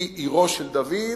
היא עירו של דוד.